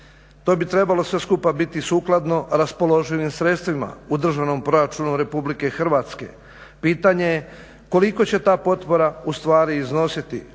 to bi sve trebalo biti sukladno raspoloživim sredstvima u Državnom proračunu RH. pitanje je koliko će ta potpora ustvari iznositi?